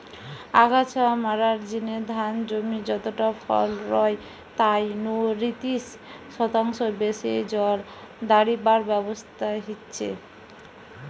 আগাছা মারার জিনে ধান জমি যতটা জল রয় তাই নু তিরিশ শতাংশ বেশি জল দাড়িবার ব্যবস্থা হিচে